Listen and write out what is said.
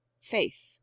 faith